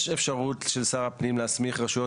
יש אפשרות של שר הפנים להסמיך רשויות